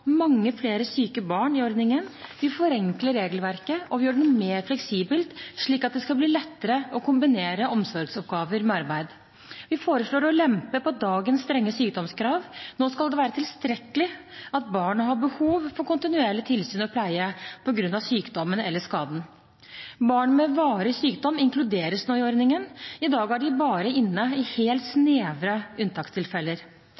mange flere syke barn i ordningen, vi forenkler regelverket, og vi gjør det mer fleksibelt slik at det skal bli lettere å kombinere omsorgsoppgaver med arbeid. Vi foreslår å lempe på dagens strenge sykdomskrav. Nå skal det være tilstrekkelig at barnet har behov for kontinuerlig tilsyn og pleie på grunn av sykdommen eller skaden. Barn med varig sykdom inkluderes nå i ordningen. I dag er de bare inne i helt